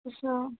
Krishna